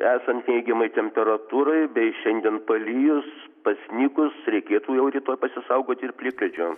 esant neigiamai temperatūrai bei šiandien palijus pasnigus reikėtų jau rytoj pasisaugoti ir plikledžio